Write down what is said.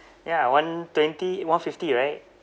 ya one twenty one fifty right